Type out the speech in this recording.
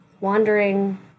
wandering